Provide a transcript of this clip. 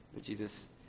Jesus